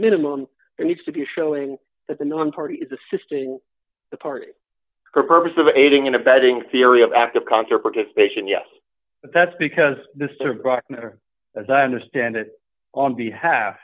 minimum there needs to be showing that the non party is assisting the party for a purpose of aiding and abetting theory of active concert participation yes that's because mr brock matter as i understand it on behalf